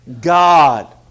God